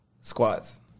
Squats